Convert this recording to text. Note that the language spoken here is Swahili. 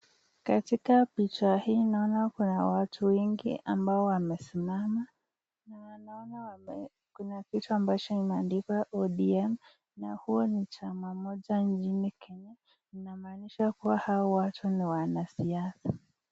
Katika picha hii naona Kuna watu wengi ambao wamesimama. Kuna picha ambayo imeandikwa ODM kuwa ni chama moja na nyingine inamaanisha kuwa Hawa watu ni wanasiasa .